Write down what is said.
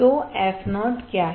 तो fo क्या है